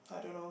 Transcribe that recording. I don't know